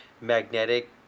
magnetic